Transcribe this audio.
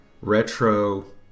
retro